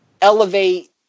elevate